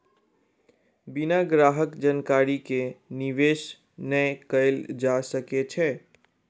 बिना ग्राहक जानकारी के निवेश नै कयल जा सकै छै